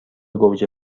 گوجه